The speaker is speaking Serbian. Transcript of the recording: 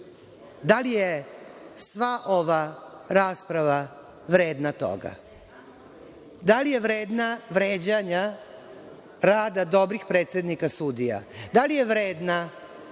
3.Da li je sva ova rasprava vredna toga? Da li je vredna vređanja rada dobrih predsednika sudija? Da li je vredna